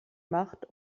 macht